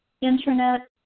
internet